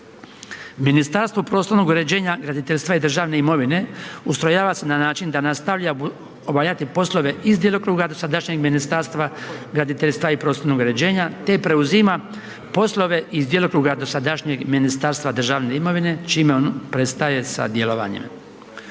Ministarstvo prostornog uređenja, graditeljstva i državne imovine ustrojava se na način da nastavlja obavljati poslove iz djelokruga dosadašnjeg Ministarstva graditeljstva i prostornog uređenja te preuzima poslove iz djelokruga dosadašnjeg Ministarstva državne imovine čime ono prestaje sa djelovanjem.